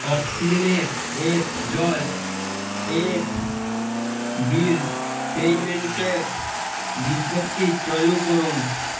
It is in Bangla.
অক্সিজেনের এর জল এর বিল পেমেন্টের বিজ্ঞপ্তি চালু করুন